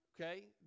okay